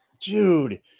Dude